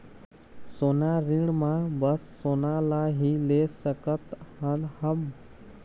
सोना ऋण मा बस सोना ला ही ले सकत हन हम?